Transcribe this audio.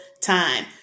time